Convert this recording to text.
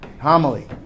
Homily